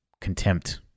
contempt